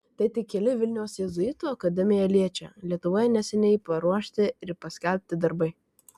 tai tik keli vilniaus jėzuitų akademiją liečią lietuvoje neseniai paruošti ir paskelbti darbai